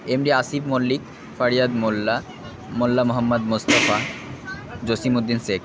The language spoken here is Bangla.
M D Asif Mallick Fariyad Molla Molla Mohammad Mostafa Jasimuddin Sheikh